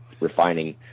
refining